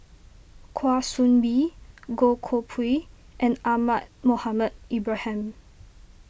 Kwa Soon Bee Goh Koh Pui and Ahmad Mohamed Ibrahim